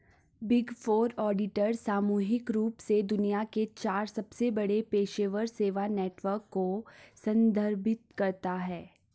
big four auditor सामूहिक रूप से दुनिया के चार सबसे बड़े पेशेवर सेवा नेटवर्क को संदर्भित करता है